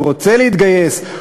הוא רוצה להתגייס,